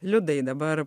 liudai dabar